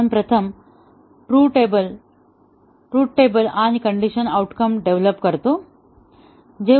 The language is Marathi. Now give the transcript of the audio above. आपण प्रथम ट्रू टेबल आणि कण्डिशन आऊटकम डेव्हलोप करतो